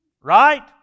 Right